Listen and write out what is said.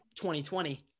2020